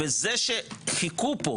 וזה שחיכו פה,